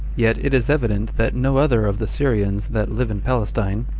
yet it is evident that no other of the syrians that live in palestine,